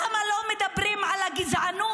למה לא מדברים על הגזענות,